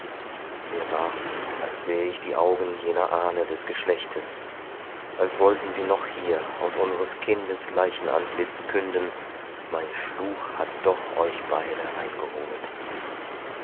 mir war als sähe ich die augen jener ahne des geschlechtes als wollten sie noch hier aus unseres kindes leichenantlitz künden mein fluch hat doch euch beide eingeholet